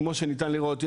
כמו שניתן לראות,